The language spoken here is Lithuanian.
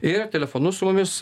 ir telefonu su mumis